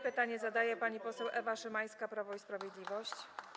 Pytanie zadaje pani poseł Ewa Szymańska, Prawo i Sprawiedliwość.